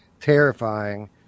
terrifying